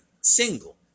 single